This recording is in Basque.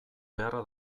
beharra